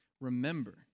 Remember